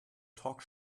talk